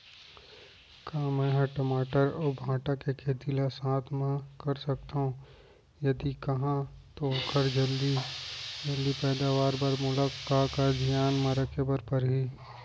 का मै ह टमाटर अऊ भांटा के खेती ला साथ मा कर सकथो, यदि कहाँ तो ओखर जलदी पैदावार बर मोला का का धियान मा रखे बर परही?